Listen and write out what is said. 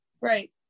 right